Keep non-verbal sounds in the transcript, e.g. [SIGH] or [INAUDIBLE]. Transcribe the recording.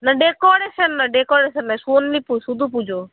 না ডেকরেশন নয় ডেকরেশন নয় [UNINTELLIGIBLE] শুধু পুজো